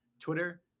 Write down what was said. Twitter